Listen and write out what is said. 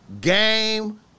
Game